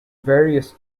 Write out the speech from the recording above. various